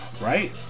right